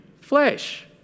flesh